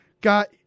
got